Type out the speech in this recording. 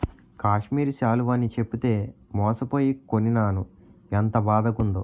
కాశ్మీరి శాలువ అని చెప్పితే మోసపోయి కొనీనాను ఎంత బాదగుందో